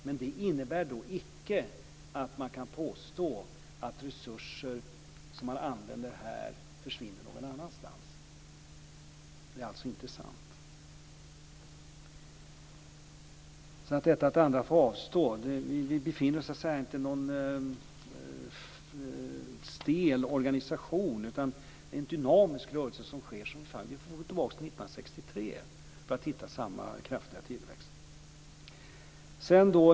Men detta innebär icke att man kan påstå att resurser som används här försvinner någon annanstans - det är alltså inte sant. När det gäller detta med att andra får avstå kan jag bara säga att vi inte befinner oss i en stel organisation, utan det är fråga om en dynamisk rörelse. Vi får gå tillbaka till år 1963 för att hitta samma kraftiga tillväxt.